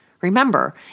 Remember